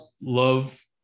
love